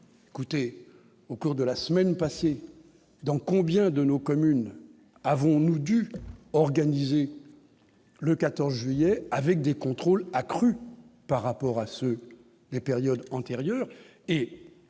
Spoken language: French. écoutez au cours de la semaine passée dans combien de nos communes, avons-nous dû organiser le 14 juillet avec des contrôles accrus par rapport à ceux des périodes antérieures